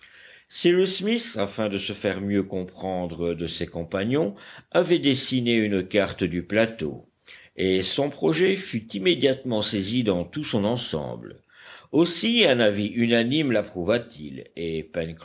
cyrus smith afin de se faire mieux comprendre de ses compagnons avait dessiné une carte du plateau et son projet fut immédiatement saisi dans tout son ensemble aussi un avis unanime lapprouva t il et